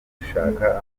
gushaka